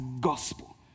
gospel